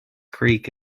creek